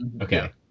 Okay